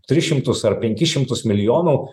tris šimtus ar penkis šimtus milijonų